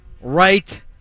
right